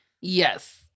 Yes